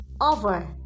over